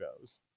goes